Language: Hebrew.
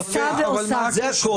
יפה, זה הכל.